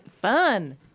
Fun